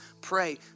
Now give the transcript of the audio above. Pray